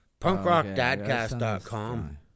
punkrockdadcast.com